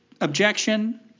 objection